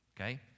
Okay